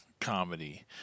comedy